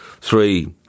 three